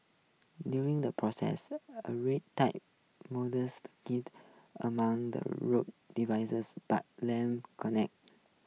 during the process a read die the amount the road dividers but Lam connect